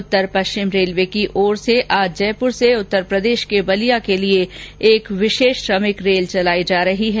उत्तर पश्चिम रेल्वे की ओर से आज जयपुर से उत्तर प्रदेश के बलिया के लिए एक विशेष श्रमिक रेल चलायी जा रही है